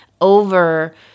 over